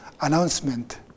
announcement